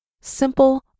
simple